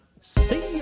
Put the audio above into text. see